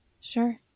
Sure